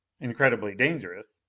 incredibly dangerous.